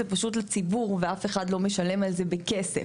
זה פשוט לציבור ואף אחד לא משלם על זה בכסף,